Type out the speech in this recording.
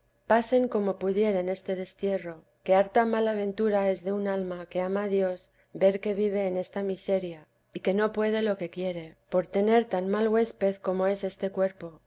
pasen como pudieren este destierro que harta mala ventura es de un alma que ama a dios ver que vive en esta miseria y que no puede lo que quiere por tener tan mal huésped como es este cuerpo